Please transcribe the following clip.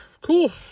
Cool